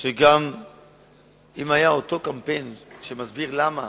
אם אותו קמפיין שמסביר למה